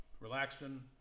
Relaxing